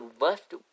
left